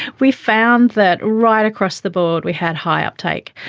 we found that right across the board we had high uptake,